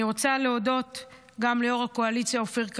אני רוצה להודות גם ליו"ר הקואליציה אופיר כץ,